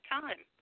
time